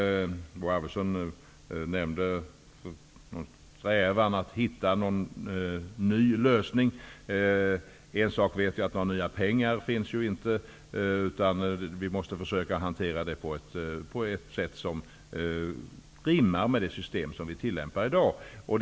Bo Arvidson nämnde en strävan att hitta någon ny lösning. En sak vet jag: Några nya pengar finns inte, utan vi måste försöka hantera saken på ett sätt som rimmar med det system som vi i dag tillämpar.